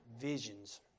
visions